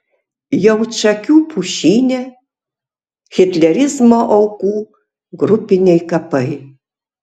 jaučakių pušyne hitlerizmo aukų grupiniai kapai